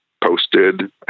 posted